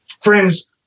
Friends